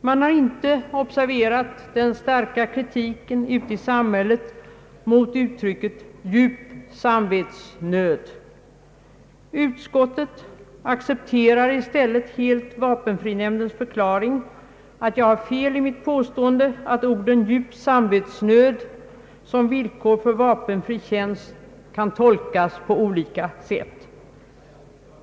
Man har inte observerat den starka kritiken ute i samhället mot uttrycket »djup samvetsnöd». Utskottet accepterar i stället helt vapenfrinämndens förklaring att jag har fel i mitt påstående att uttrycket djup samvetsnöd som villkor för vapenfri tjänst kan tolkas på olika sätt.